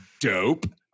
dope